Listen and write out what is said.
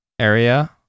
area